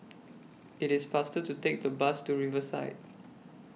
IT IS faster to Take The Bus to Riverside